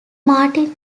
martin